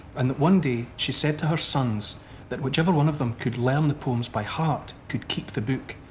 and that one day she said to her sons that whichever one of them could learn the poems by heart could keep the book.